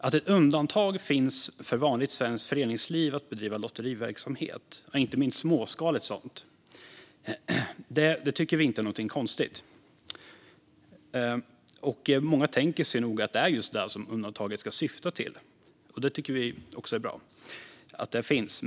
Att ett undantag finns för vanligt svenskt föreningsliv att bedriva lotteriverksamhet, inte minst småskaligt sådant, tycker vi inte är konstigt. Många tänker sig nog också att det är just det som undantaget ska syfta till, och vi tycker att det är bra att det finns.